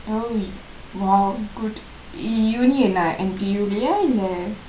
oh !wow! good uni என்ன:enna N_T_U இல்லை:illai